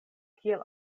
kiel